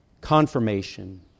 confirmation